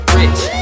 rich